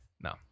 No